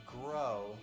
grow